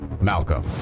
Malcolm